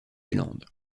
zélande